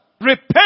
Repent